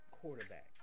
quarterback